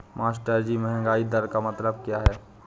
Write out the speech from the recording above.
मास्टरजी महंगाई दर का मतलब क्या है?